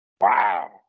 Wow